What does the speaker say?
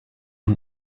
nun